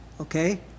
Okay